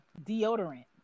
deodorant